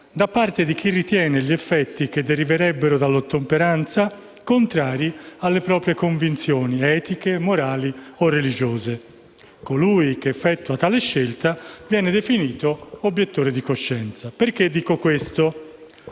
da parte di chi ritiene gli effetti che deriverebbero dall'ottemperanza contrari alle proprie convinzioni etiche, morali o religiose. Colui che effettua tale scelta viene definito obiettore di coscienza. L'obiettore